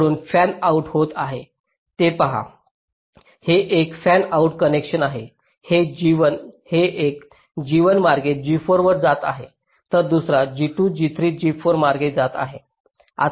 कडून fan outs आहेत हे पहा तेथे एक फॅन आउट कनेक्शन आहे एक G1 मार्गे G4 वर जात आहे तर दुसरा G2 G3 G4 मार्गे जात आहे